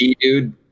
dude